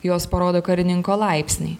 jos parodo karininko laipsnį